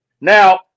Now